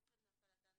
אופן הפעלתן,